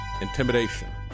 intimidation